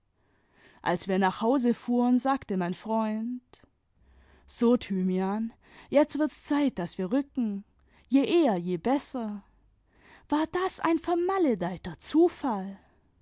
als wir nach hause fuhren sagte mein freund so thymian jetzt wird's zeit daß wir rücken je eher je besser war das ein vermaledeiter zufall